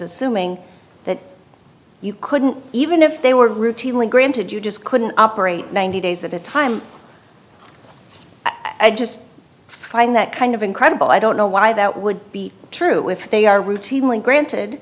assuming that you couldn't even if they were routinely granted you just couldn't operate ninety days at a time i just find that kind of incredible i don't know why that would be true if they are routinely granted